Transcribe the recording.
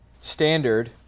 standard